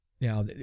Now